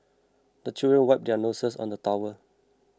the children wipe their noses on the towel